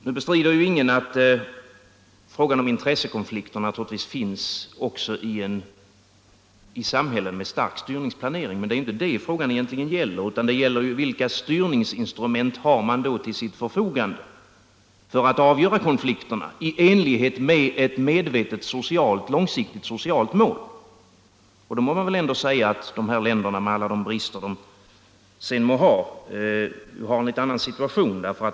Nu bestrider ingen att det finns intressekonflikter också i samhällen med stark styrningsplanering, men det är ju inte det frågan egentligen gäller, utan den gäller vilka styrningsinstrument man har till sitt förfogande för att avgöra konflikterna i enlighet med ett medvetet, långsiktigt socialt mål. Och i det avseendet måste man väl ändå säga att dessa länder — med alla de brister de sedan kan uppvisa — har en annan situation.